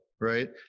right